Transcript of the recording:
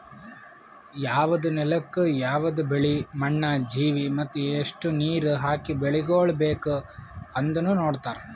ಯವದ್ ನೆಲುಕ್ ಯವದ್ ಬೆಳಿ, ಮಣ್ಣ, ಜೀವಿ ಮತ್ತ ಎಸ್ಟು ನೀರ ಹಾಕಿ ಬೆಳಿಗೊಳ್ ಬೇಕ್ ಅಂದನು ನೋಡತಾರ್